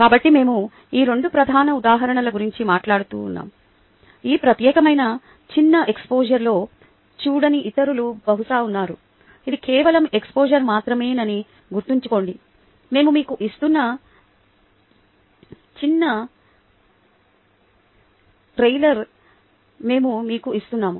కాబట్టి మేము ఈ 2 ప్రధాన ఉదాహరణల గురించి మాట్లాడుతాము ఈ ప్రత్యేకమైన చిన్న ఎక్స్పోజర్లో చూడని ఇతరులు బహుశా ఉన్నారు ఇది కేవలం ఎక్స్పోజర్ మాత్రమేనని గుర్తుంచుకోండి మేము మీకు ఇస్తున్న చిన్న ట్రెయిలర్ మేము మీకు ఇస్తున్నాము